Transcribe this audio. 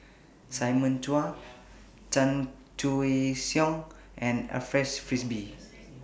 Simon Chua Chan Choy Siong and Alfred Frisby